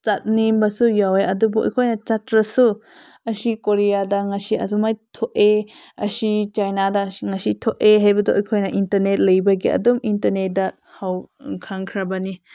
ꯆꯠꯅꯤꯡꯕꯁꯨ ꯌꯥꯎꯋꯦ ꯑꯗꯨꯕꯨ ꯑꯩꯈꯣꯏꯅ ꯆꯠꯇ꯭ꯔꯁꯨ ꯑꯁꯤ ꯀꯣꯔꯤꯌꯥꯗ ꯉꯁꯤ ꯑꯗꯨꯃꯥꯏꯅ ꯊꯣꯛꯑꯦ ꯑꯁꯤ ꯆꯩꯅꯥꯗ ꯉꯁꯤ ꯊꯣꯛꯑꯦ ꯍꯥꯏꯕꯗꯣ ꯑꯩꯈꯣꯏꯅ ꯏꯟꯇꯔꯅꯦꯠ ꯂꯩꯕꯒꯤ ꯑꯗꯨꯝ ꯏꯟꯇꯔꯅꯦꯠꯇ ꯈꯪꯈ꯭ꯔꯕꯅꯤ